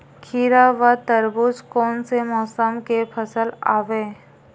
खीरा व तरबुज कोन से मौसम के फसल आवेय?